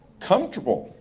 comfortable,